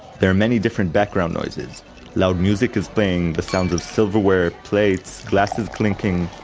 there are many different background noises loud music is playing, the sounds of silverware, plates, glasses clinking,